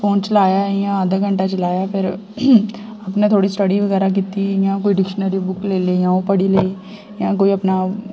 phone चलाया इ'यां अद्ध घैंटा चलाया फिर अपनी थोह्ड़ी स्टडी बगैर कीती इ'यां कोई डिक्शनरी बुक ले लेई इ'यां ओह् पढ़ी लेई जां कोई अपना